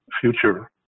Future